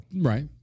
Right